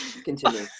Continue